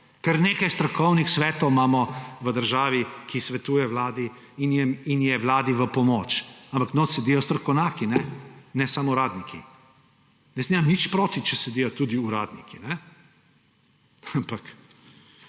ker nekaj strokovnih svetov imamo v državi, ki svetujejo vladi in je vladi v pomoč, ampak notri sedijo strokovnjaki, ne samo uradniki. Jaz nimam nič proti, če sedijo tudi uradniki, ampak